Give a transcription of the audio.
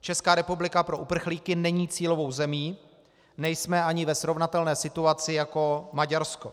Česká republika pro uprchlíky není cílovou zemí, nejsme ani ve srovnatelné situaci jako Maďarsko.